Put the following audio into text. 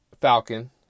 Falcon